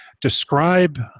Describe